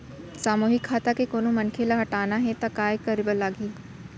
सामूहिक खाता के कोनो मनखे ला हटाना हे ता काय करे बर लागही?